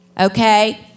Okay